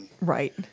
Right